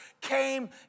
came